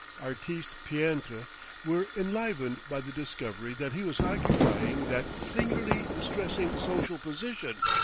artist-peintre, were enlivened by the discovery that he was occupying that singularly distressing social position,